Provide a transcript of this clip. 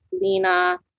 Lena